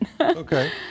Okay